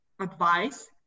advice